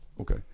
okay